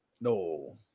no